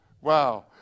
Wow